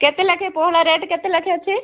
କେତେ ଲେଖାଁ ପୋହଳା ରେଟ୍ କେତେ ଲେଖାଁ ଅଛି